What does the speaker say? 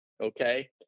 Okay